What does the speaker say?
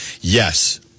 Yes